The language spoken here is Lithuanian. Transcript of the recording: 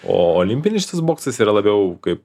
o olimpinis šitas boksas yra labiau kaip